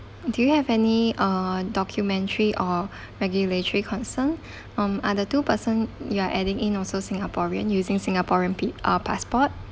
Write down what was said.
do you have any uh documentary or regulatory concern um are the two person you're adding in also singaporean using singaporean p~ uh passport